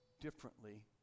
differently